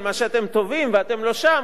מה שאתם תובעים ואתם לא שם,